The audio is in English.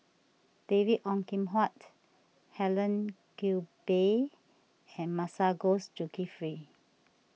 David Ong Kim Huat Helen Gilbey and Masagos Zulkifli